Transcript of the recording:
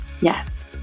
Yes